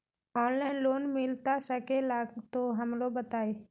Online loan मिलता सके ला तो हमरो बताई?